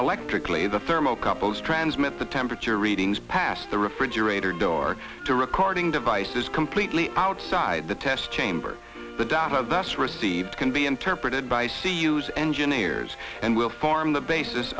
electrically the thermo couples transmit the temperature readings past the refrigerator door to recording devices completely outside the test chamber the data that's received can be interpreted by sea use engineers and will form the basis